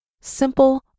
simple